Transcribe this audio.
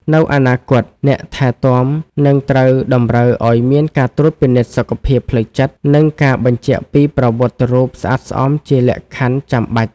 នៅអនាគត អ្នកថែទាំនឹងត្រូវតម្រូវឱ្យមានការត្រួតពិនិត្យសុខភាពផ្លូវចិត្ត និងការបញ្ជាក់ពីប្រវត្តិរូបស្អាតស្អំជាលក្ខខណ្ឌចាំបាច់។